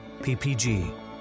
PPG